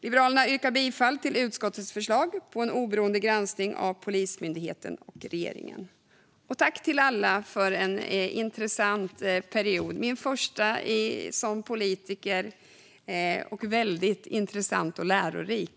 Liberalerna yrkar bifall till utskottets förslag om en oberoende granskning av Polismyndigheten och regeringen. Tack, alla, för en intressant period, min första som politiker! Den har varit väldigt intressant och lärorik.